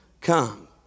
come